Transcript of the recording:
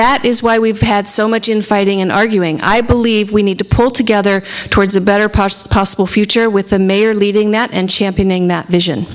that is why we've had so much in fighting and arguing i believe we need to pull together towards a better process possible future with the mayor leading that and championing that vision